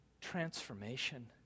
transformation